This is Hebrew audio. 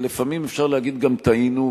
שלפעמים אפשר להגיד גם "טעינו",